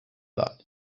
that